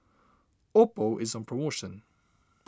Oppo is on promotion